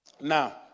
Now